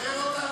תשחרר אותנו.